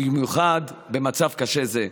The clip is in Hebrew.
ובמיוחד במצב קשה זה.